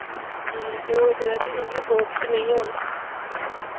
कि होई सकदा ऐ कि उं'दी एप्रोच च निं होन